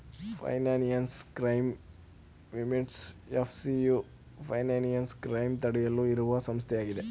financial crime minutes FCU financial crime ತಡೆಯುವ ಇರುವ ಸಂಸ್ಥೆಯಾಗಿದೆ